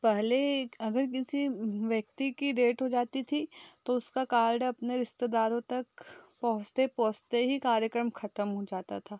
पहले अगर किसी व्यक्ति की डेट हो जाती थी तो उसका कार्ड अपने रिश्तेदारों तक पहुंचते पहुंचते ही कार्यक्रम ख़त्म हो जाता था